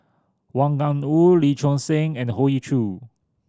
Wang Gungwu Lee Choon Seng and Hoey Choo